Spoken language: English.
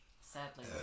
Sadly